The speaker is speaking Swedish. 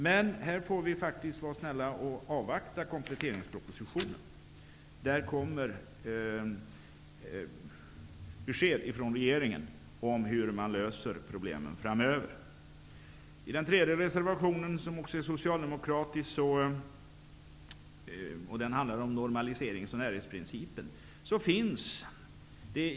Men vi får vara snälla och avvakta kompletteringspropositionen. I den kommer regeringen att lämna besked om hur problemen skall lösas framöver. Reservation 3, som också är socialdemokratisk, handlar om normaliserings och närhetsprincipen.